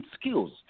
skills